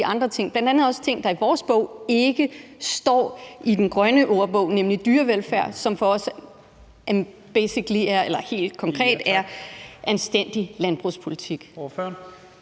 bl.a. også ting, der i vores bog ikke står i den grønne ordbog, nemlig dyrevelfærd, som for os helt konkret er anstændig landbrugspolitik.